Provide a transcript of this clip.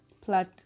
plot